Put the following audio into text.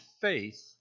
faith